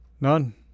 None